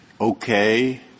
okay